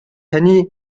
таны